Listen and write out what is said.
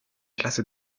klasse